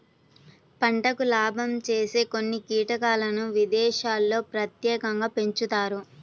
పంటకు లాభం చేసే కొన్ని కీటకాలను విదేశాల్లో ప్రత్యేకంగా పెంచుతారు